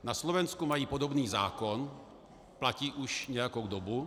Na Slovensku mají podobný zákon, platí už nějakou dobu.